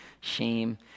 shame